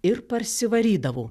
ir parsivarydavo